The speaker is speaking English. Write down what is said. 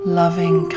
loving